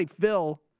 Phil